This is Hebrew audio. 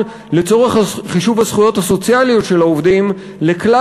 לצורך חישוב הזכויות הסוציאליות של העובדים לכלל